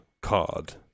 card